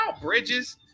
Bridges